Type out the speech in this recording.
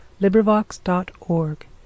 LibriVox.org